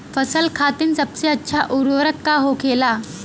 फसल खातीन सबसे अच्छा उर्वरक का होखेला?